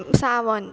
सावन